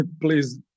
please